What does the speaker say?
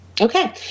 Okay